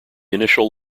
initial